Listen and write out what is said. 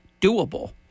doable